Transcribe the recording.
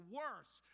worse